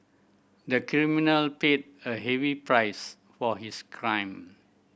the criminal paid a heavy price for his crime